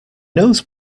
knows